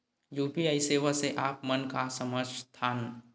UPI सेवा से आप मन का समझ थान?